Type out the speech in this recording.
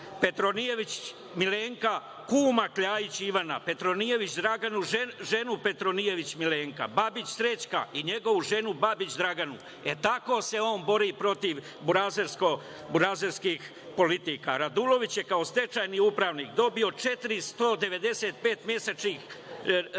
Petronijević Milenka, kuma Kljajić Ivana, Petronijević Draganu, ženu Petronijević Milenka, Babić Srećka i njegovu ženu Babić Draganu? E, tako se on bori protiv burazerskih politika. Radulović je kao stečajni upravnik dobio 495 mesečnih naknada,